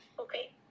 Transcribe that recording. okay